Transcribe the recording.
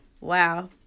Wow